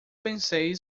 pensei